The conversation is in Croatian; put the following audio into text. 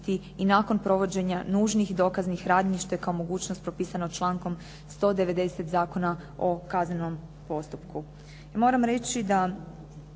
i nakon provođenja nužnih dokaznih radnji što je kao mogućnost propisano člankom 190. Zakona o kaznenom postupku.